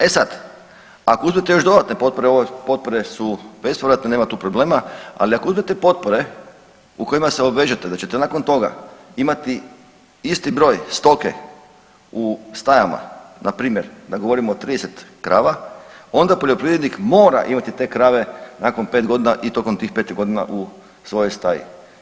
E sad, ako uzmete još dodatne potpore, ove potpore su bespovratne, nema tu problema, ali ako uzmete potpore u kojima se obvežete da ćete nakon toga imati isti broj stoke u stajama npr. da govorimo 30 krava, onda poljoprivrednik mora imati te krave nakon 5 godina i tokom tih 5 godina u svojoj staji.